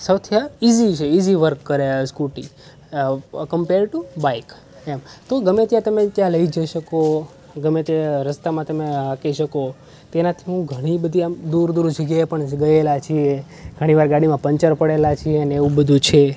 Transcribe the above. સૌથી આ ઈજી છે ઈજી વર્ક કરે સ્કૂટી કમ્પેર ટુ બાઇક એમ તો ગમે ત્યાં તમે ત્યાં લઈ જઈ શકો ગમે તે રસ્તામાં તમે રાખી શકો તેનાથી હું ઘણી બધી આમ દૂર દૂર જગ્યાએ પણ ગયેલા છીએ ઘણીવાર ગાડીમાં પંચર પડેલા છીએ ને એવું બધું છે